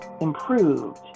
improved